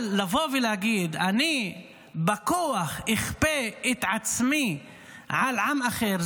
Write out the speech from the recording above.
אבל לבוא ולהגיד: אני בכוח אכפה את עצמי על עם אחר,